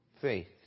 faith